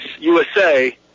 USA